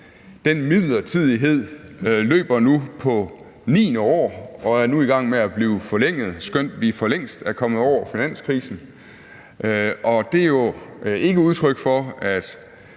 Den midlertidighed løber nu på niende år og er nu i gang med at blive forlænget, skønt vi for længst er kommet over finanskrisen, og det er jo ikke et udtryk for, at